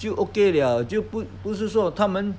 就 okay liao 就不不是说他们